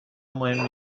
مهم